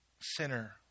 sinner